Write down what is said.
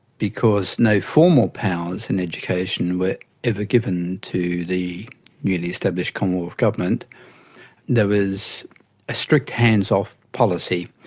because no formal powers in education were ever given to the newly established commonwealth government there was a strict hands-off policy.